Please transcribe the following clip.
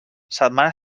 setmana